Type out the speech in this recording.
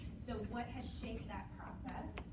so what has shaped that process?